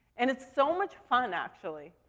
and it's so much fun, and actually.